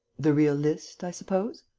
the real list, i suppose?